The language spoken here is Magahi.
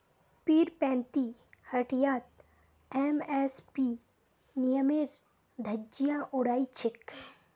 पीरपैंती हटियात एम.एस.पी नियमेर धज्जियां उड़ाई छेक